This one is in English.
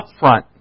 upfront